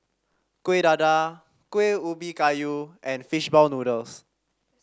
Kueh Dadar Kueh Ubi Kayu and Fishball Noodles